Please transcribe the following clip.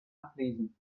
ablesen